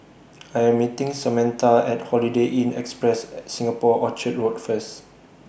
I Am meeting Samatha At Holiday Inn Express Singapore Orchard Road First